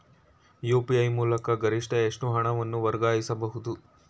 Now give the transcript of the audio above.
UPI ಮೂಲಕ ಗರಿಷ್ಠ ಎಷ್ಟು ಹಣವನ್ನು ವರ್ಗಾಯಿಸಬಹುದು?